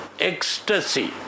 ecstasy